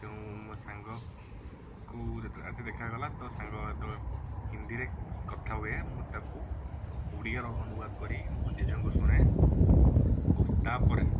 ତେଣୁ ମୋ ସାଙ୍ଗକୁ ଯେତେବେଳେ ଆସି ଦେଖା କଲା ତ ସାଙ୍ଗ ଯେତେବେଳେ ହିନ୍ଦୀରେ କଥା ହୁଏ ମୁଁ ତାକୁ ଓଡ଼ିଆର ଅନୁବାଦ କରି ମୋ ଜେଜେ ଙ୍କୁ ଶୁଣାଏ ଓ ତାପରେ